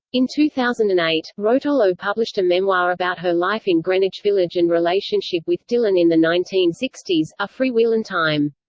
in two thousand and eight, rotolo published a memoir about her life in greenwich village and relationship with dylan in the nineteen sixty s, a freewheelin' time.